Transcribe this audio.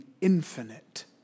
infinite